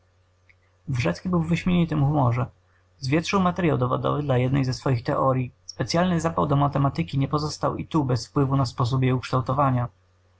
wrzecki był w wyśmienitym humorze zwietrzył materyał dowodowy dla jednej ze swych teoryi specyalny zapał do matematyki nie pozostał i tu bez wpływu na sposób jej ukształtowania